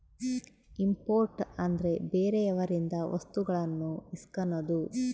import ಅಂದ್ರೆ ಬೇರೆಯವರಿಂದ ವಸ್ತುಗಳನ್ನು ಇಸ್ಕನದು